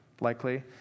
likely